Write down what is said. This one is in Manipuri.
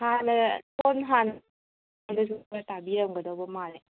ꯍꯥꯟꯅ ꯍꯥꯟꯅ ꯑꯗꯨꯁꯨ ꯃꯣꯏꯅ ꯇꯥꯕꯤꯔꯃꯒꯗꯕ ꯃꯥꯜꯂꯦ